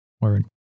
Word